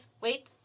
Wait